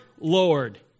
Lord